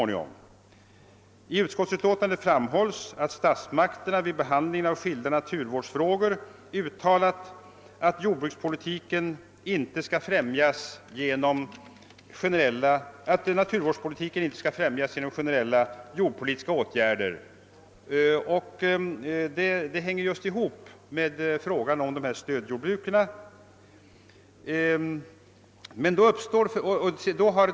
I utskottsutlåtandet framhålles att statsmakterna vid behandlingen av skilda naturvårdsfrågor har uttalat, att naturvården inte skall främjas genom generellt = jordpolitiska åtgärder. Det hänger just ihop med frågan om stödjordbruken.